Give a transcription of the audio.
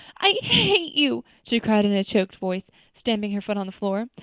i hate you, she cried in a choked voice, stamping her foot on the floor.